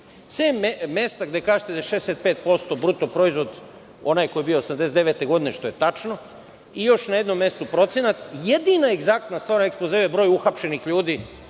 mesta gde kažete da je 65% bruto proizvod onaj koji je bio 1989. godine, što je tačno, i još na jednom mestu procenat, jedina egzaktna stvar u ekspozeu je broj uhapšenih ljudi